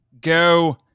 Go